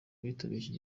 bitabiriye